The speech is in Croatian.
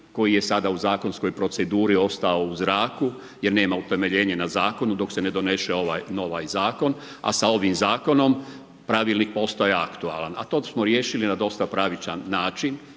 koji je sada u zakonskoj proceduri ostao u zraku jer nema utemeljenja na zakonu dok se ne donese ovaj zakon, a sa ovim zakonom pravilnik postaje aktualan a to smo riješili na dosta pravičan način